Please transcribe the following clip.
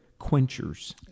quenchers